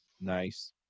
Nice